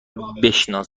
بنشانیم